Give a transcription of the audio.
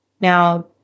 Now